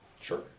Sure